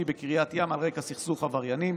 בקריית ים על רקע סכסוך עבריינים.